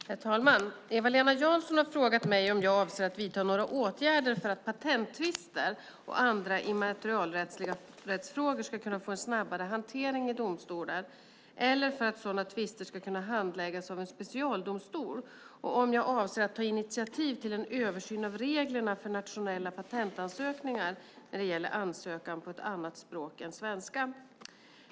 Herr talman! Eva-Lena Jansson har frågat mig om jag avser att vidta några åtgärder för att patenttvister och andra immaterialrättsfrågor ska kunna få en snabbare hantering i domstolar, eller för att sådana tvister ska kunna handläggas av en specialdomstol och om jag avser att ta initiativ till en översyn av reglerna för nationella patentansökningar när det gäller ansökan på annat språk än svenska.